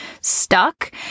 stuck